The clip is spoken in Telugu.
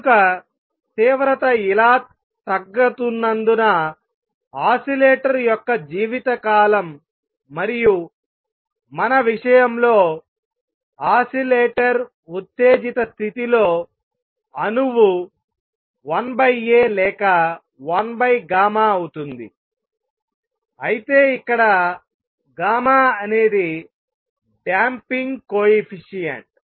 కనుక తీవ్రత ఇలా తగ్గుతున్నందున ఆసిలేటర్ యొక్క జీవితకాలం మరియు మన విషయంలో ఆసిలేటర్ ఉత్తేజిత స్థితిలో అణువు 1A లేక 1γ అవుతుంది అయితే ఇక్కడ అనేది డాంపింగ్ కోయెఫిషియెంట్